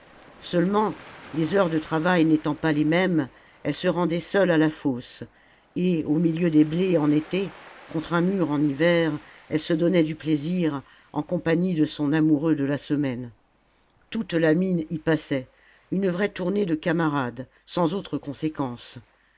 seulement les heures de travail n'étant pas les mêmes elle se rendait seule à la fosse et au milieu des blés en été contre un mur en hiver elle se donnait du plaisir en compagnie de son amoureux de la semaine toute la mine y passait une vraie tournée de camarades sans autre conséquence